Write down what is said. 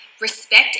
respect